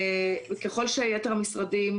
ככל שיתר המשרדים,